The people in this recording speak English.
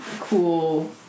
cool